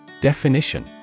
Definition